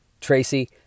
Tracy